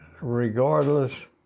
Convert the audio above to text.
regardless